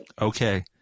Okay